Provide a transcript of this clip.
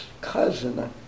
cousin